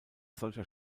solcher